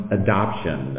adoption